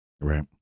Right